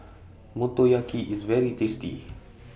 Motoyaki IS very tasty